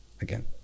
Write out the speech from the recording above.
again